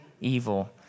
evil